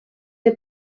que